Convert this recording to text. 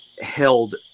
held